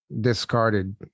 discarded